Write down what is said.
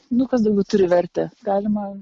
nu kas daugiau turi vertę galima